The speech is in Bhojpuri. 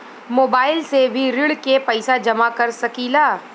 मोबाइल से भी ऋण के पैसा जमा कर सकी ला?